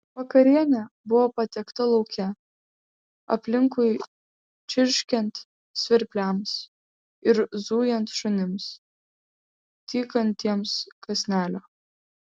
vakarienė buvo patiekta lauke aplinkui čirškiant svirpliams ir zujant šunims tykantiems kąsnelio